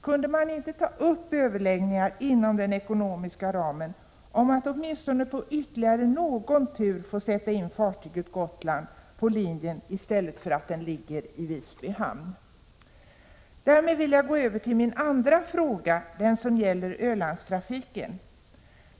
— kunde man inte ta upp överläggningar inom den ekonomiska ramen om att åtminstone på ytterligare någon tur få sätta in fartyget Gotland på linjen i stället för att den skall ligga i Visby hamn? Därmed vill jag gå över till min andra fråga, den som gäller Ölandstrafiken.